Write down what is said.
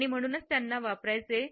आणि म्हणूनच त्यांना वापरायचे आहे